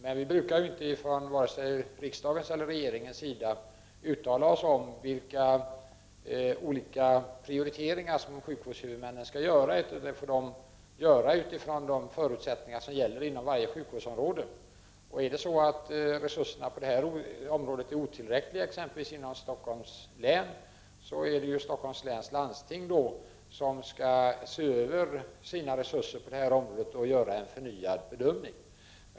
Men vi brukar inte vare sig från riksdag eller från regering uttala oss om vilka olika prioriteringar som sjukvårdshuvudmännen skall göra. De skall göras utifrån de förutsättningar som gäller inom varje sjukvårdsområde. Är resurserna på detta område otillräckliga, exempelvis inom Stockholms läns landsting, är det landstinget som skall se över sina resurser och göra en förnyad bedömning.